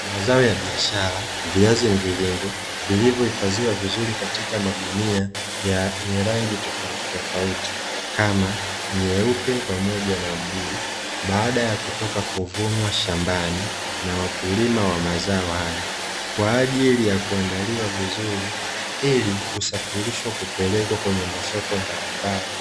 Mazao ya biashara, viazi mviringo vilivyohifadhiwa vizuri katika magunia yenye rangi tofautitofauti kama nyeupe pamoja na bluu baada ya kutoka kuvunwa shambani na wakulima wa mazao hayo kwa ajili ya kuandaliwa vizuri ili kusafirishwa kupelekwa kwenye masoko mbalimbali